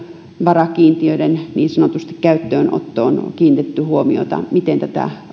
varakiinteistöjen käyttöönottoon kiinnitetty huomiota miten tätä